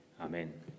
Amen